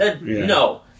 No